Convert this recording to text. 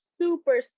super